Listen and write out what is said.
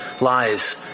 lies